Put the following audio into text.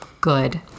good